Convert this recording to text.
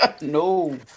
No